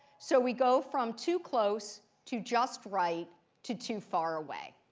so we go from too close to just right to too far away.